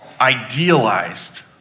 idealized